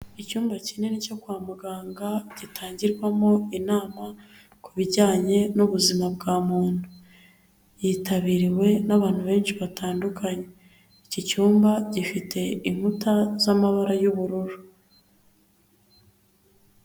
Icyumba kinini cyo kwa muganga, gitangirwamo inama ku bijyanye n'ubuzima bwa muntu. Yitabiriwe n'abantu benshi batandukanye, iki cyumba gifite inkuta z'amabara y'ubururu.